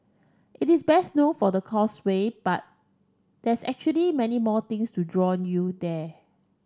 it is best known for the causeway but there's actually many more things to draw you there